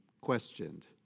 questioned